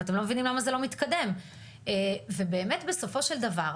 ואתם לא מבינים למה זה לא מתקדם ובאמת בסופו של דבר,